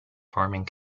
farming